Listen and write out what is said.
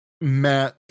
Matt